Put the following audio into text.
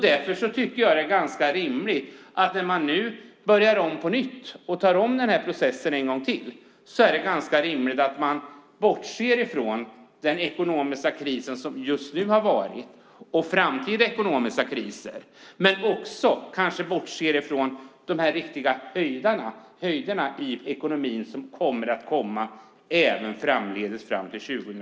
Därför tycker jag att det när man nu börjar om på nytt, när man nu tar om processen, är ganska rimligt att bortse från den ekonomiska kris som just varit och från framtida ekonomiska kriser och kanske också att bortse från de riktiga höjderna i ekonomin som kommer även framdeles, fram till 2020.